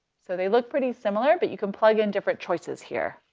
so they look pretty similar, but you can plug in different choices here.